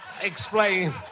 explain